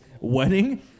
wedding